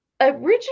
originally